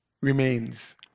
remains